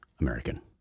American